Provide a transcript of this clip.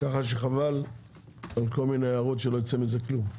ככה שחבל על כל מיני הערות שלא יצא מזה כלום,